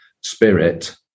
spirit